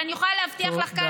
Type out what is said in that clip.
אבל אני יכולה להבטיח לך כאן,